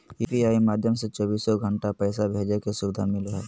UPI माध्यम से चौबीसो घण्टा पैसा भेजे के सुविधा मिलो हय